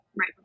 right